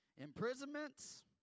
Imprisonments